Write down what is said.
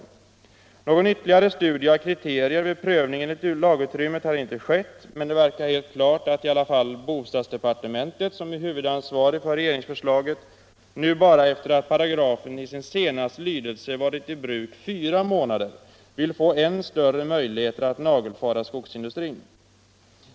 Någon 12 december 1975 ytterligare studie av kriterier vid prövning enligt lagutrymmet har inte —— skett, men det verkar helt klart att i alla fall bostadsdepartementet, som Andring i byggnadsär huvudansvarigt för regeringsförslaget, nu bara efter att paragrafen i = lagen sin senaste lydelse varit i bruk fyra månader vill få än större möjligheter att nagelfara skogsindustrin.